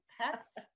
pets